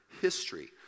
history